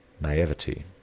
naivety